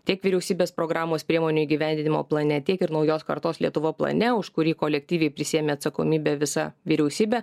tiek vyriausybės programos priemonių įgyvendinimo plane tiek ir naujos kartos lietuva plane už kurį kolektyviai prisiėmė atsakomybę visa vyriausybė